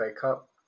cup